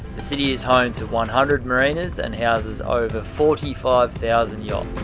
the city is home to one hundred marinas, and houses over forty five thousand yachts.